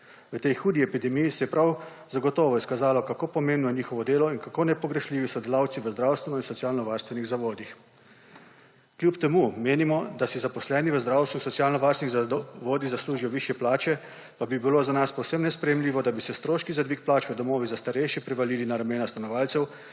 V tej hudi epidemiji se je prav zagotovo izkazalo kako pomembno je njihovo delo in kako nepogrešljivi so delavci v zdravstvenih in socialno-varstvenih zavodih. Kljub temu menimo, da si zaposleni v zdravstvu in socialno-varstvenih zavodih zaslužijo višje plače, pa bi bilo za nas povsem nesprejemljivo, da bi se stroški za dvig plač v domovih za starejše prevalili na ramena stanovalcev